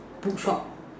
bookshop